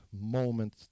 moment